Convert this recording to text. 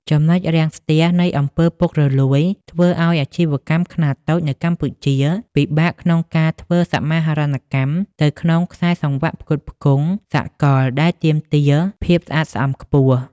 ចំណុចរាំងស្ទះនៃ អំពើពុករលួយ ធ្វើឱ្យអាជីវកម្មខ្នាតតូចនៅកម្ពុជាពិបាកក្នុងការធ្វើសមាហរណកម្មទៅក្នុងខ្សែសង្វាក់ផ្គត់ផ្គង់សកលដែលទាមទារភាពស្អាតស្អំខ្ពស់។